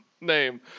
name